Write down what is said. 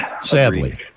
Sadly